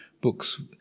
books